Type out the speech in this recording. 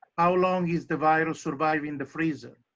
how long is the viral survive in the freezer?